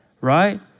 right